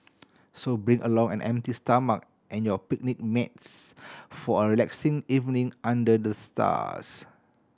so bring along an empty stomach and your picnic mats for a relaxing evening under the stars